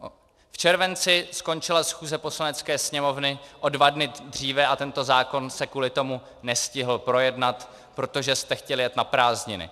V červenci skončila schůze Poslanecké sněmovny o dva dny dříve a tento zákon se kvůli tomu nestihl projednat, protože jste chtěli jet na prázdniny.